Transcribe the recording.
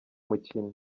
mukino